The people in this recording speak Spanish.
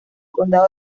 condado